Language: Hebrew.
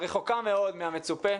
רחוקה מאוד מהמצופה.